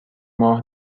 ماه